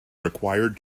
required